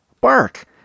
bark